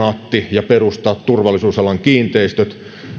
ja perustaa turvallisuusalan kiinteistöt